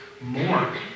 more